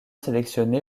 sélectionnés